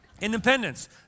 Independence